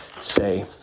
say